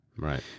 Right